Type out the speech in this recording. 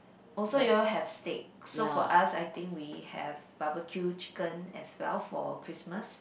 also you all have steak so for us I think we have barbecue chicken as well for Christmas